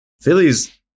Phillies